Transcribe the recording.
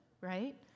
right